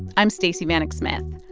i'm stacey vanek smith.